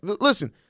listen